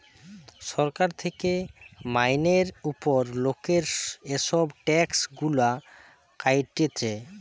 সরকার থেকে মাইনের উপর লোকের এসব ট্যাক্স গুলা কাটতিছে